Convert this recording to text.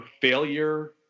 failure